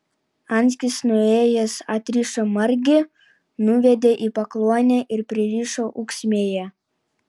anskis nuėjęs atrišo margį nuvedė į pakluonę ir pririšo ūksmėje